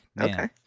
Okay